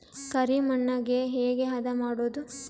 ಕರಿ ಮಣ್ಣಗೆ ಹೇಗೆ ಹದಾ ಮಾಡುದು?